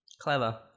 clever